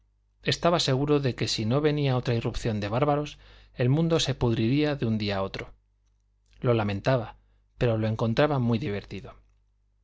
estaba seguro de que si no venía otra irrupción de bárbaros el mundo se pudriría de un día a otro lo lamentaba pero lo encontraba muy divertido